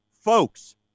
folks